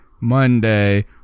Monday